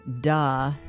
duh